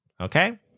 Okay